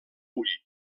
ull